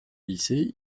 lycée